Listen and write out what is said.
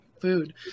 food